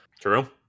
True